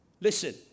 Listen